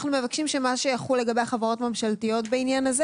אנו מבקשים שמה שיחול לגבי החברות הממשלתיות בעניין הזה,